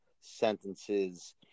sentences